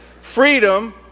freedom